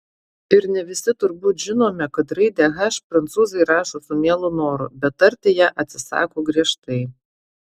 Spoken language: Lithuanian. ir ne visi turbūt žinome kad raidę h prancūzai rašo su mielu noru bet tarti ją atsisako griežtai